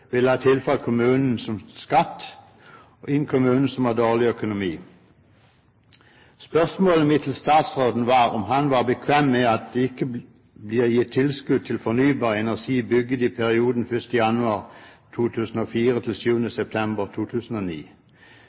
ha tilfalt kommunen som skatt, en kommune som har dårlig økonomi. Spørsmålet mitt til statsråden var om han var bekvem med at det ikke blir gitt tilskudd til fornybar energi bygget i perioden 1. januar 2004–7. september 2009.